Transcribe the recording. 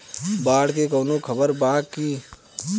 बाढ़ के कवनों खबर बा की?